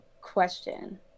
Question